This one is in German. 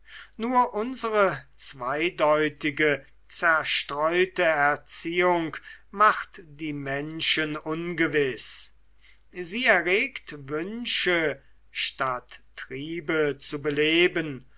nur unsere zweideutige zerstreute erziehung macht die menschen ungewiß sie erregt wünsche statt triebe zu beleben